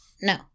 No